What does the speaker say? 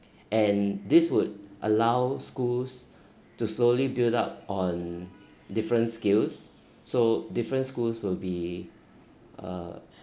and this would allow schools to slowly build up on different skills so different schools will be uh